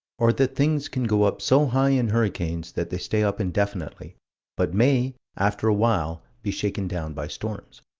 or that things can go up so high in hurricanes that they stay up indefinitely but may, after a while, be shaken down by storms.